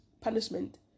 punishment